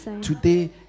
today